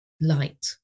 light